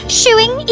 shooing